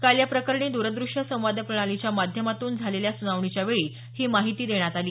काल या प्रकरणी द्रद्रष्य संवाद प्रणालीच्या माध्यमातून झालेल्या सुनावणीच्या वेळी ही माहिती देण्यात आली